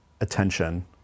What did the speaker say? attention